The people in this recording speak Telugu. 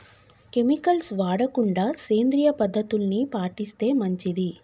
కెమికల్స్ వాడకుండా సేంద్రియ పద్ధతుల్ని పాటిస్తే మంచిది